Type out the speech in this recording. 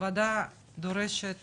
הוועדה דורשת